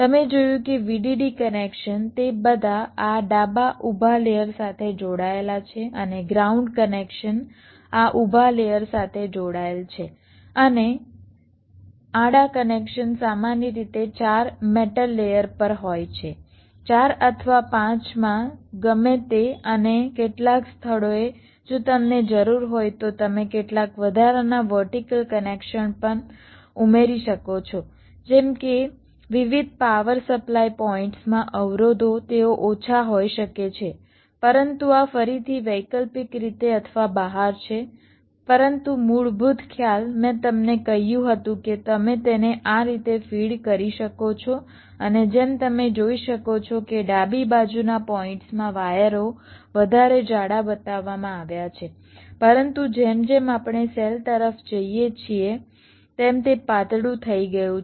તમે જોયું કે VDD કનેક્શન તે બધા આ ડાબા ઊભા લેયર સાથે જોડાયેલા છે અને ગ્રાઉન્ડ કનેક્શન આ ઊભા લેયર સાથે જોડાયેલ છે અને આડા કનેક્શન સામાન્ય રીતે 4 મેટલ પર હોય છે 4 અથવા 5 માં ગમે તે અને કેટલાક સ્થળોએ જો તમને જરૂર હોય તો તમે કેટલાક વધારાના વર્ટિકલ કનેક્શન પણ ઉમેરી શકો છો જેમ કે વિવિધ પાવર સપ્લાય પોઇન્ટ્સમાં અવરોધો તેઓ ઓછા હોઈ શકે છે પરંતુ આ ફરીથી વૈકલ્પિક રીતે અથવા બહાર છે પરંતુ મૂળભૂત ખ્યાલ મેં તમને કહ્યું હતું કે તમે તેને આ રીતે ફીડ કરી શકો છો અને જેમ તમે જોઈ શકો છો કે ડાબી બાજુના પોઈન્ટ્સમાં વાયરો વધારે જાડા બતાવવામાં આવ્યા છે પરંતુ જેમ જેમ આપણે સેલ તરફ જઈએ છીએ તેમ તે પાતળું થઈ ગયું છે